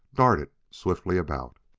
darted swiftly about.